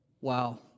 Wow